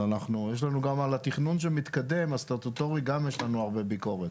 על התכנון הסטטוטורי שמתקדם גם יש לנו הרבה ביקורת,